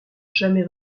jamais